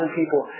people